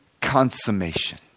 consummation